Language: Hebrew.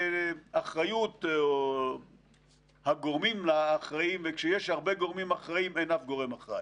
אחריות או הגורמים האחראים וכשיש גורמים אחראים אין אף גורם אחראי.